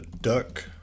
duck